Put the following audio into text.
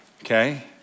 okay